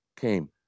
came